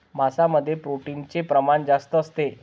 मांसामध्ये प्रोटीनचे प्रमाण जास्त असते